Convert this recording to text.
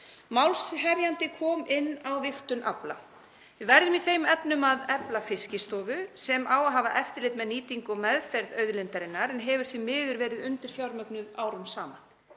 Málshefjandi kom inn á vigtun afla. Við verðum í þeim efnum að efla Fiskistofu sem á að hafa eftirlit með nýtingu og meðferð auðlindarinnar en hefur því miður verið undirfjármögnuð árum saman.